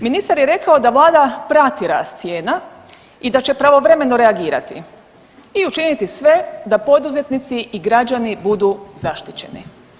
Ministar je rekao da Vlada prati rast cijena i da će pravovremeno reagirati i učiniti sve da poduzetnici i građani budu zaštićeni.